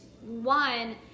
one